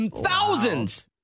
thousands